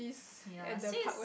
ya see it's